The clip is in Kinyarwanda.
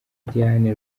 diane